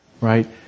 Right